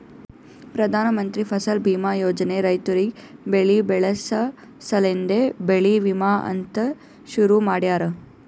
ಪ್ರಧಾನ ಮಂತ್ರಿ ಫಸಲ್ ಬೀಮಾ ಯೋಜನೆ ರೈತುರಿಗ್ ಬೆಳಿ ಬೆಳಸ ಸಲೆಂದೆ ಬೆಳಿ ವಿಮಾ ಅಂತ್ ಶುರು ಮಾಡ್ಯಾರ